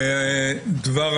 דבר הממשלה,